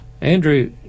Andrew